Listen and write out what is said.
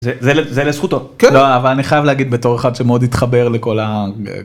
זה לזכותו אבל אני חייב להגיד בתור אחד שמאוד התחבר לכל העם.